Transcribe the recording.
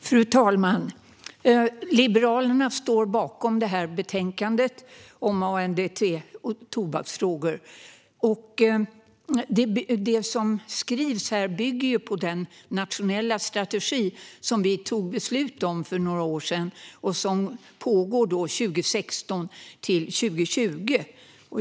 Fru talman! Liberalerna står bakom betänkandet om ANDT-frågor. Det som skrivs här bygger på den nationella strategi vi tog beslut om för några år sedan och som pågår mellan 2016 och 2020.